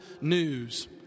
news